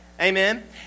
Amen